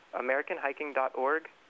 Americanhiking.org